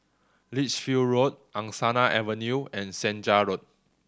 Lichfield Road Angsana Avenue and Senja Road